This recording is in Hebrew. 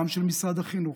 גם של משרד החינוך,